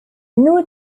new